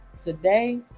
Today